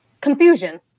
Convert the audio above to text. confusion